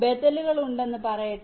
ബദലുകളുണ്ടെന്ന് പറയട്ടെ